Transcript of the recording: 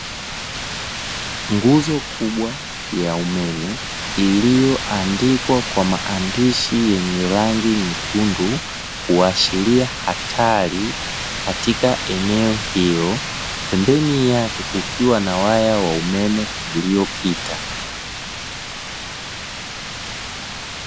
Nguzo kubwa ya umeme iliyoandikwa kwa maandishi yenye rangi nyekundu kuashiria hatari katika eneo hilo. Pembeni yake kukiwa na waya wa umeme uliopita.